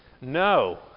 No